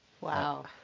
wow